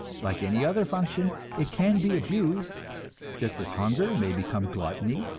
like any other function it can be abused just as hunger may become gluttony,